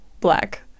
black